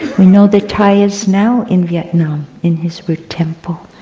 we know that thay is now in vietnam, in his root temple.